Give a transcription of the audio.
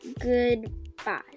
Goodbye